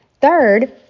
Third